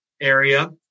area